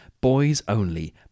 boys-only